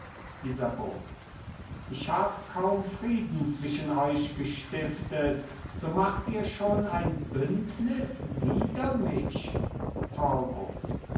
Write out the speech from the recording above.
isabeau ich hab kaum frieden zwischen euch gestiftet so macht ihr schon ein bündnis wider mich